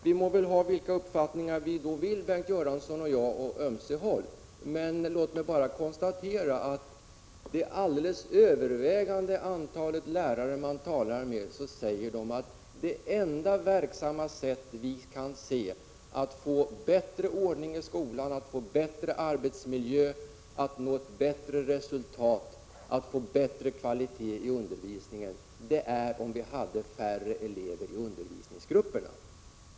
Vi må väl ha vilka uppfattningar vi vill, Bengt Göransson och jag å ömse håll, men låt mig bara konstatera att det alldeles övervägande antalet lärare man talar med säger att det enda verksamma sättet att få bättre ordning i skolan, att få bättre arbetsmiljö, att nå ett bättre resultat, att få bättre kvalitet i undervisningen är att ha färre elever i undervisningsgrupperna.